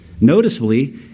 Noticeably